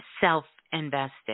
self-invested